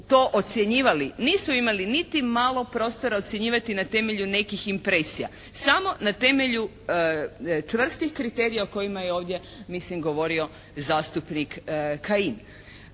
to ocjenjivali nisu imali niti malo prostora ocjenjivati na temelju nekih impresija, samo na temelju čvrstih kriterija o kojima je ovdje mislim govorio zastupnik Kajin.